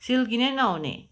silky नै नहुने